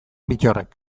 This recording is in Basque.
bittorrek